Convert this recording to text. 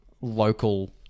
local